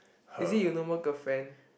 is it you no more girlfriend